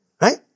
Right